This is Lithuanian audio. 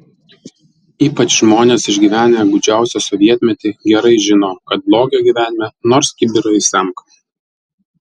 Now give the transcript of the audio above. ypač žmonės išgyvenę gūdžiausią sovietmetį gerai žino kad blogio gyvenime nors kibirais semk